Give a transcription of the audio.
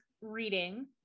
reading